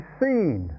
seen